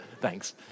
thanks